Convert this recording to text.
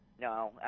No